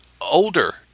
older